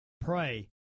Pray